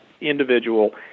individual